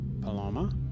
Paloma